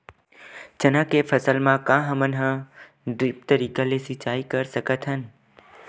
चना के फसल म का हमन ड्रिप तरीका ले सिचाई कर सकत हन?